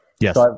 Yes